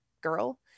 girl